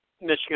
Michigan